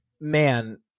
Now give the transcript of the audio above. Man